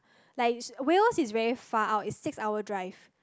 like Wales is very far out it's six hour drive